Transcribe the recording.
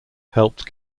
helped